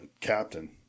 captain